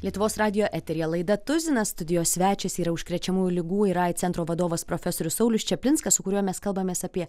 lietuvos radijo eteryje laidą tuzinas studijos svečias yra užkrečiamųjų ligų ir aids centro vadovas profesorius saulius čaplinskas su kuriuo mes kalbamės apie